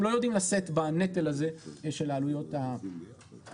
לא יודעים לשאת בנטל הזה של העלויות של הרגולציה.